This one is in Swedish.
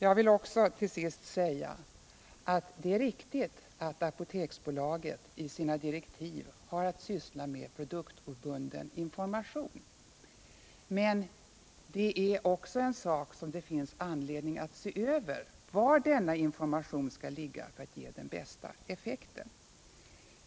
Jag vill till sist också säga att det är riktigt att Apoteksbolaget enligt sina stadgar har att syssla med produktobunden information. Men det finns nu anledning att se över var denna information skall ligga för att ge den bästa effekten.